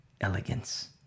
elegance